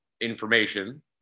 information